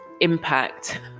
impact